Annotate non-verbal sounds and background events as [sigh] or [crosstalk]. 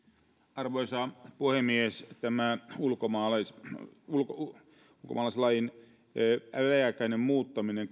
arvoisa puhemies tämä ulkomaalaislain väliaikainen muuttaminen [unintelligible]